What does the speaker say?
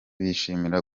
bishimira